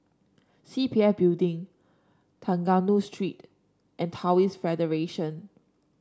C P F Building Trengganu Street and Taoist Federation